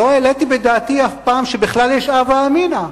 לא העליתי בדעתי אף פעם שבכלל יש הווה אמינא.